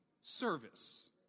service